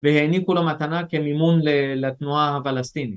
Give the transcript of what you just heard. והעניקו למתנה כמימון לתנועה הבלסטינית